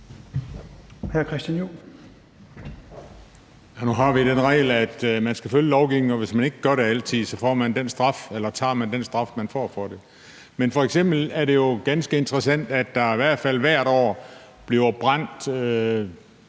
Nu har vi den regel, at man skal følge lovgivningen, og hvis man ikke gør det altid, så tager man den straf, man får for det. Men det er jo f.eks. ganske interessant, at der i hvert fald hvert år bliver brændt,